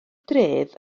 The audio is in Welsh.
dref